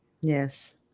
Yes